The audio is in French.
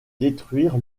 détruire